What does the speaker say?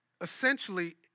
essentially